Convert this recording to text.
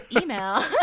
email